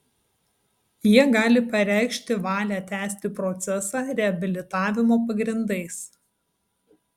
jie gali pareikšti valią tęsti procesą reabilitavimo pagrindais